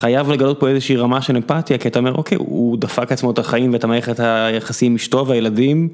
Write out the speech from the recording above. חייב לגלות פה איזושהי רמה של אמפתיה, כי אתה אומר אוקיי, הוא דפק לעצמו את החיים ואת מערכת היחסים עם אשתו והילדים.